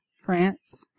France